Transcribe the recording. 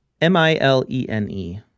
M-I-L-E-N-E